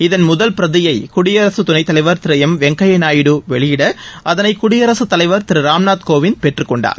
இதன் முதல் பிரதியை குடியரசு துணைத் தலைவர் திரு எம் வெங்கய்ய நாயுடு வெளியிட அதனை குடியரசுத்தலைவர் திரு ராம்நாத் கோவிந்த் பெற்றுக் கொண்டார்